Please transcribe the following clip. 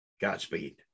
Godspeed